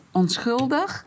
onschuldig